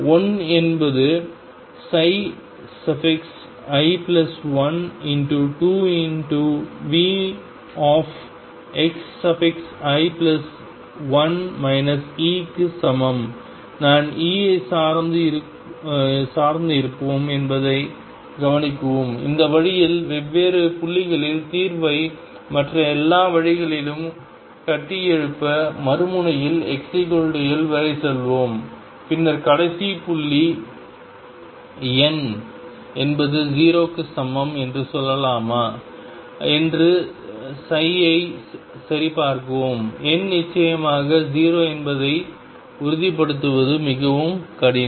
1 என்பது i1 2Vxi1 E க்கு சமம் நாம் E ஐ சார்ந்து இருப்போம் என்பதை கவனிக்கவும் இந்த வழியில் வெவ்வேறு புள்ளிகளில் தீர்வை மற்ற எல்லா வழிகளிலும் கட்டியெழுப்ப மறுமுனையில் xL வரை செல்வோம் பின்னர் கடைசி புள்ளி N என்பது 0 க்கு சமம் என்று சொல்லலாமா என்று ஐ சரிபார்க்கவும் எண் நிச்சயமாக 0 என்பதை உறுதிப்படுத்துவது மிகவும் கடினம்